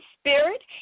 spirit